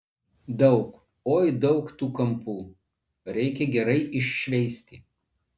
daug oi daug tų kampų reikia gerai iššveisti